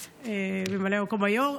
ממלא מקום היו"ר,